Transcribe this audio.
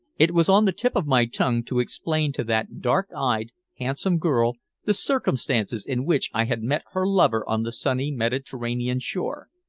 it was on the tip of my tongue to explain to that dark-eyed, handsome girl the circumstances in which i had met her lover on the sunny mediterranean shore,